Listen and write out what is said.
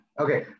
Okay